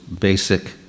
basic